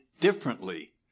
differently